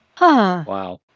Wow